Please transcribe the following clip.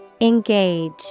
Engage